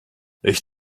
ich